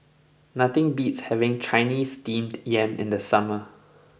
nothing beats having Chinese Steamed Yam in the summer